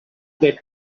get